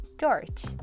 George